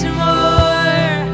more